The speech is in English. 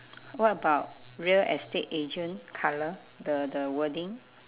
what about real estate agent colour the the wording